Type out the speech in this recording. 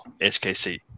SKC